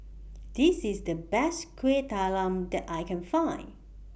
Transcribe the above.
This IS The Best Kuih Talam that I Can Find